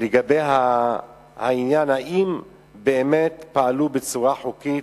לגבי העניין, אם באמת פעלו בצורה חוקית,